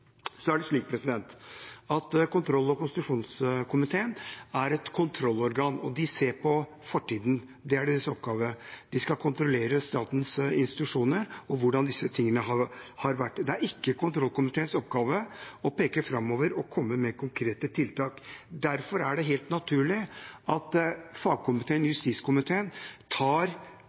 Kontroll- og konstitusjonskomiteen er et kontrollorgan, og de ser på fortiden. Det er deres oppgave. De skal kontrollere statens institusjoner og hvordan disse tingene har vært. Det er ikke kontrollkomiteens oppgave å peke framover og komme med konkrete tiltak. Derfor er det helt naturlig at fagkomiteen, justiskomiteen, tar